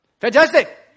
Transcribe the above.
Fantastic